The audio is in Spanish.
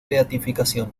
beatificación